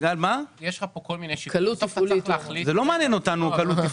לא מעניין אותנו קלות תפעולית.